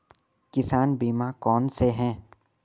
किसान बीमा कौनसे हैं?